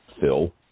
Phil